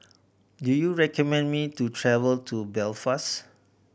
do you recommend me to travel to Belfast